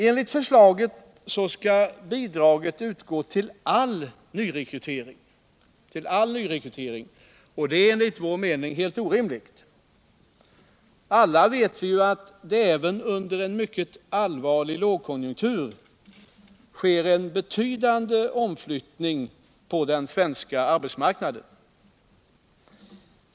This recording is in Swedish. Enligt förslaget skall bidraget utgå till all nyrekrytering, och det är enligt vår mening helt orimligt. Alla vet vi att det även under en mycket allvarlig lågkonjunktur sker en betydande omflyttning på den svenska arbetsmarknaden.